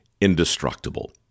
indestructible